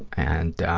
and